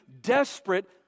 desperate